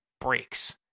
breaks